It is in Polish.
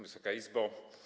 Wysoka Izbo!